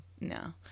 no